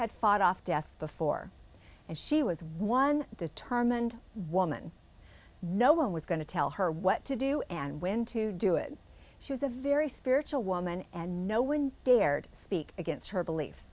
had fought off death before and she was one determined one and no one was going to tell her what to do and when to do it she was a very spiritual woman and no one dared speak against her belief